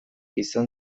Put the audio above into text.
izan